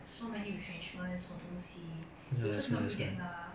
so many retrenchments for 东西 you also cannot predict mah